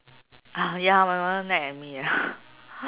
ah ya my mother nag at me ah